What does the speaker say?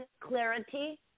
clarity